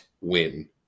win